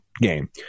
game